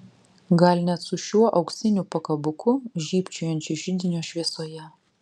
gal net su šiuo auksiniu pakabuku žybčiojančiu židinio šviesoje